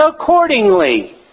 accordingly